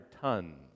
tons